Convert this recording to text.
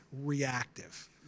reactive